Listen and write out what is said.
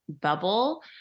bubble